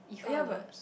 oh ya but